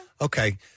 Okay